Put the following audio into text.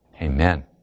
Amen